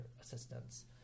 assistance